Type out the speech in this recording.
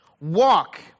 walk